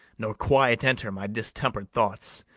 nor quiet enter my distemper'd thoughts,